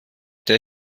der